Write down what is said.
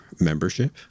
membership